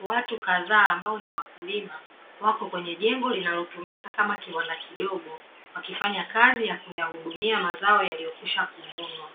Watu kadhaa ambao ni wakulima, wapo kwenye jengo linalotumika kama kiwanda kidogo, wakifanya kazi ya kuyahudumia mazao yaliyokwisha kuvunwa.